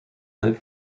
live